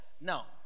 Now